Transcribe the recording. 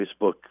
Facebook